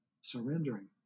surrendering